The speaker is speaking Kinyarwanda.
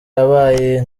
yabaye